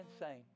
insane